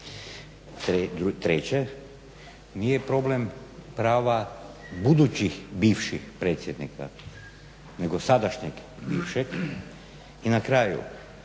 Treće, nije problem prava budućih, bivših predsjednika nego sadašnjeg bivšeg. I na kraju,